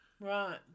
Right